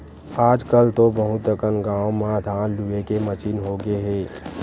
आजकल तो बहुत अकन गाँव म धान लूए के मसीन होगे हे